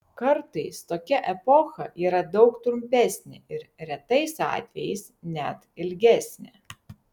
kartais tokia epocha yra daug trumpesnė ir retais atvejais net ilgesnė